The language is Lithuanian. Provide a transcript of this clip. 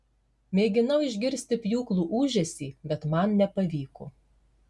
mėginau išgirsti pjūklų ūžesį bet man nepavyko